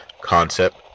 concept